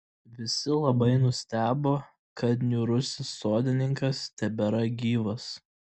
visi labai nustebo kad niūrusis sodininkas tebėra gyvas